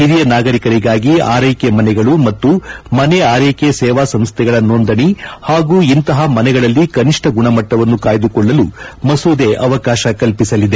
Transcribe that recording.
ಹಿರಿಯ ನಾಗರಿಕರಿಗಾಗಿ ಆರ್ನೆಕೆ ಮನೆಗಳು ಮತ್ತು ಮನೆ ಆರ್ನೆಕೆ ಸೇವಾ ಸಂಸ್ನೆಗಳ ಸೋಂದಣಿ ಹಾಗೂ ಇಂತಪ ಮನೆಗಳಲ್ಲಿ ಕನಿಷ್ಠ ಗುಣಮಟ್ಟವನ್ನು ಕಾಯ್ಲುಕೊಳ್ಳಲೂ ಮಸೂದೆ ಅವಕಾಶ ಕಲ್ಪಿಸಲಿದೆ